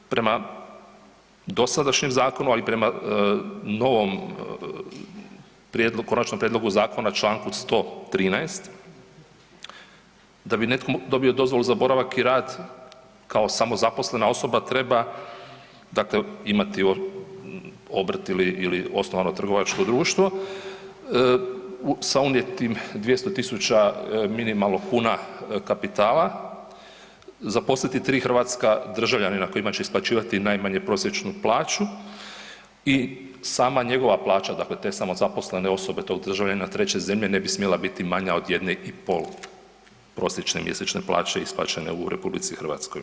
Prema dosadašnjem zakonu, a i prema novom, konačnom prijedlogu zakona, čl. 113, da bi netko dobio dozvolu za boravak i rad kao samozaposlena osoba treba dakle imati obrt ili osnovano trgovačko društvo, sa unijetim, 200 tisuća, minimalno kuna kapitala, zaposliti 3 hrvatska državljanina kojima će isplaćivati najmanje prosječnu plaću i sama njegova plaća, dakle te samozaposlene osobe tog državljanina treće zemlje ne bi smjela biti manja od 1,5 prosječne mjesečne plaće isplaćene u RH.